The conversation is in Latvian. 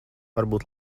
varbūt